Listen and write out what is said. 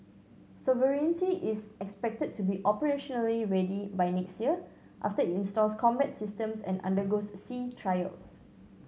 sovereignty is expected to be operationally ready by next year after it installs combat systems and undergoes sea trials